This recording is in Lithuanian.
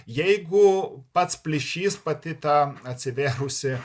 jeigu pats plyšys pati ta atsivėrusi